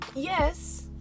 yes